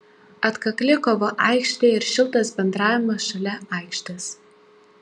atkakli kova aikštėje ir šiltas bendravimas šalia aikštės